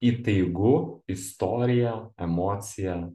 įtaigu istorija emocija